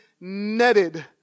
netted